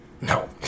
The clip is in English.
No